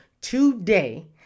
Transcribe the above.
today